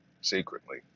secretly